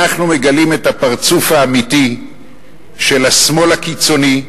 אנחנו מגלים את הפרצוף האמיתי של השמאל הקיצוני,